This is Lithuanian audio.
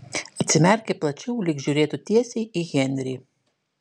atsimerkė plačiau lyg žiūrėtų tiesiai į henrį